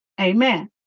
amen